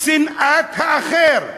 שנאת האחר.